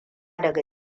daga